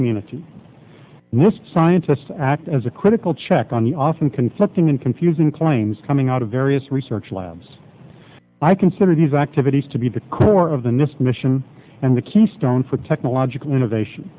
this scientists act as a critical check on the often conflicting and confusing claims coming out of various research labs i consider these activities to be the core of the nist mission and the keystone for technological innovation